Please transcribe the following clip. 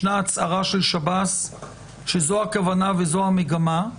הצהרה של שב"ס שזאת הכוונה וזאת המגמה,